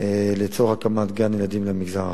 לצורך הקמת גן-ילדים למגזר הערבי.